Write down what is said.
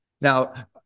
Now